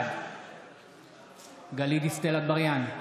בעד גלית דיסטל אטבריאן,